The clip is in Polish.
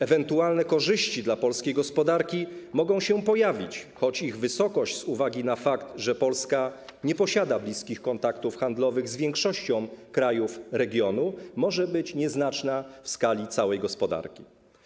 Ewentualne korzyści dla polskiej gospodarki mogą się pojawić, choć ich wysokość z uwagi na fakt, że Polska nie posiada bliskich kontaktów handlowych z większością krajów regionu, może być nieznaczna w skali całej gospodarki.